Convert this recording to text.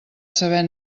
saber